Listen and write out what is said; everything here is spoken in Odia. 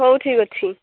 ହଉ ଠିକ୍ ଅଛି